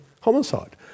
homicide